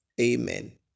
amen